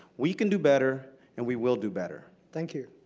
we can do better. and we will do better. thank you.